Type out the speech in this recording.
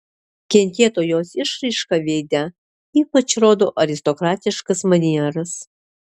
kentėtojos išraiška veide ypač rodo aristokratiškas manieras